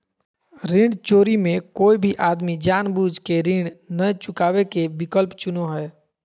ऋण चोरी मे कोय भी आदमी जानबूझ केऋण नय चुकावे के विकल्प चुनो हय